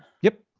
yep.